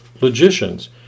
logicians